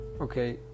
okay